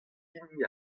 hini